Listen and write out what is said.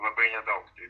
labai nedaug tai